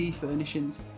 furnishings